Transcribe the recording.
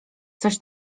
coś